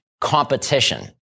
competition